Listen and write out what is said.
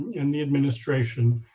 and the administration,